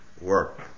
work